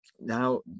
Now